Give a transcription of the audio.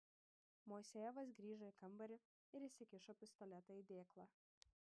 moisejevas grįžo į kambarį ir įsikišo pistoletą į dėklą